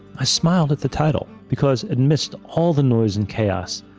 i smiled at the title because it missed all the noise and chaos.